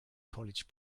college